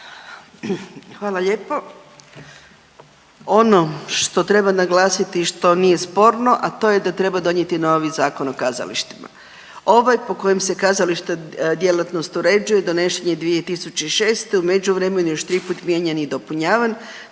Hvala lijepo. Ono što treba naglasiti i što nije sporno, a to je da treba donijeti novi Zakon o kazalištima. Ovaj po kojem se kazalište djelatnost uređuje donešen je 2006. u međuvremenu još 3 put mijenjan i dopunjavan